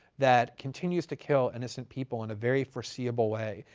that continues to kill innocent people in a very foreseeable way,